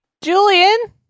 Julian